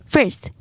First